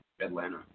Atlanta